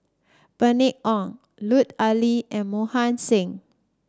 Bernice Ong Lut Ali and Mohan Singh